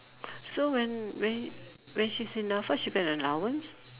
so when when when she's in Nafa she get an allowance